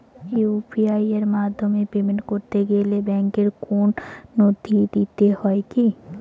UPI এর মাধ্যমে payment করতে গেলে ব্যাংকের কোন নথি দিতে হয় কি?